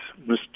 Mr